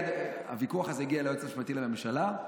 הוויכוח הזה הגיע ליועץ המשפטי לממשלה,